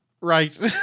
Right